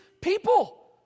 people